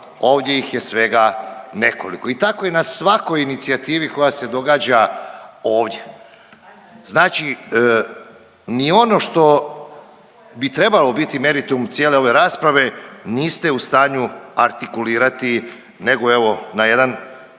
ovdje ih je svega nekoliko. I tako i na svakoj inicijativi koja se događa ovdje. Znači ni ono što bi trebalo biti meritum cijele ove rasprave niste u stanju artikulirati nego evo na jedan